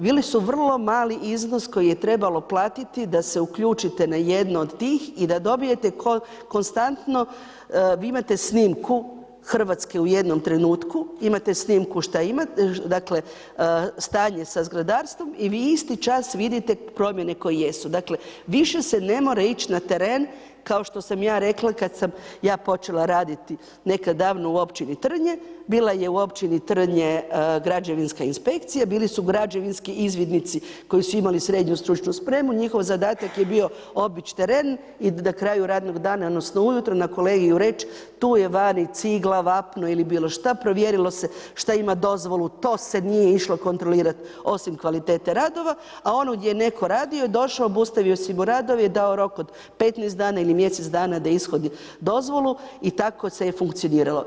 Bili su vrlo mali iznos koji je trebalo platiti da se uključite na jednu od tih i da dobijete konstantno, vi imate snimku Hrvatske u jednom trenutku, imate snimku, dakle, stanje sa zgradarstvom, i vi isti čas vidite promjene koje jesu, dakle, više se ne mora ići na teren kao što sam ja rekla, kad sam ja počela raditi nekad davno u općini Trnje, bila je u općini Trnje građevinska inspekcija, bili su građevinski izvidnici koji su imali srednju stručnu spremu, njihov zadatak je bio obići teren i na kraju radnog dana, odnosno ujutro, na kolegiju reći, tu je vani cigla, vapno ili bilo šta, provjerilo se što ima dozvolu, to se nije išlo kontrolirati osim kvalitete radova, a ono gdje je netko radova, došao, obustavio si mu radova i dao rok od 15 dana ili mjesec dana da ishodi dozvolu i tako se je funkcioniralo.